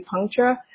acupuncture